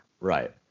Right